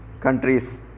countries